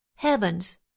heavens